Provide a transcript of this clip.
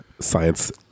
science